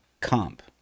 comp